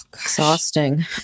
Exhausting